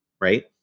right